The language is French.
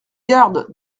garde